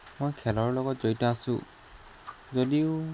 মই খেলৰ লগত জড়িত আছোঁ যদিও